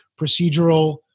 procedural